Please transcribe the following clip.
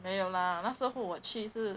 没有啦那时候我去是